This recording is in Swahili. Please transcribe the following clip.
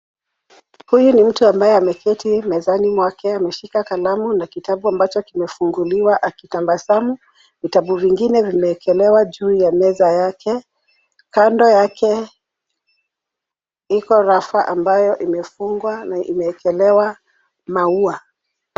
Huyu ni mtu ambaye ameketi mezani mwake ameshika kalamu na kitabu ambacho kimefunguliwa akitabasamu. Vitabu vingine vimewekelewa juu ya meza yake. Kando yake iko rafa ambayo imefungwa na imeekelewa maua.